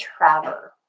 Traver